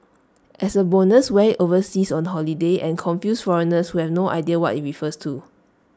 as A bonus wear IT overseas on holiday and confuse foreigners who have no idea what IT refers to